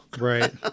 Right